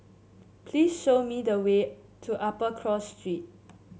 please show me the way to Upper Cross Street